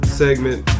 segment